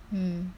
mm